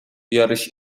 بیارش